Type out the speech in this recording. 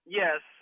yes